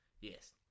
Yes